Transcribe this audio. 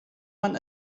man